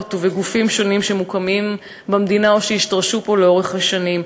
ובגופים שונים שמוקמים במדינה או שהשתרשו פה לאורך השנים,